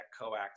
coax